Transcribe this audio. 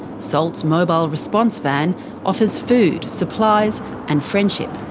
salt's mobile response van offers food, supplies and friendship.